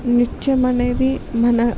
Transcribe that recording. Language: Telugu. నృత్యం అనేది మన